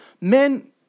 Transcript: men